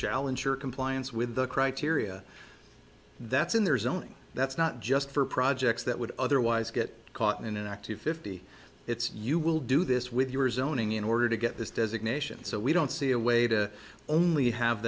shall ensure compliance with the criteria that's in there's only that's not just for projects that would otherwise get caught in an active fifty it's you will do this with your zoning in order to get this designation so we don't see a way to only have